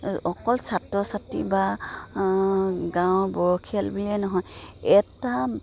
অকল ছাত্ৰ ছাত্ৰী বা গাঁৱৰ বয়সীয়াল বুলিয়ে নহয় এটা